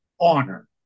honor